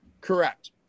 Correct